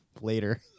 later